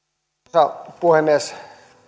arvoisa puhemies